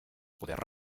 poder